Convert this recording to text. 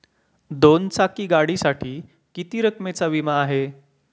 दोन चाकी गाडीसाठी किती रकमेचा विमा आहे?